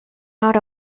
out